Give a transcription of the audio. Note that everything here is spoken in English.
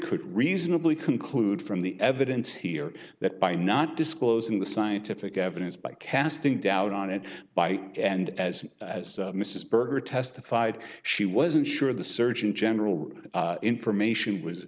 could reasonably conclude from the evidence here that by not disclosing the scientific evidence by casting doubt on it by and as as mrs berger testified she wasn't sure the surgeon general information was